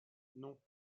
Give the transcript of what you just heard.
non